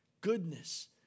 goodness